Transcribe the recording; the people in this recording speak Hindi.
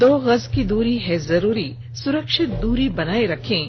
दो गज की दूरी है जरूरी सुरक्षित दूरी बनाए रखें